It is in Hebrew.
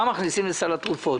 מה מכניסים לסל התרופות.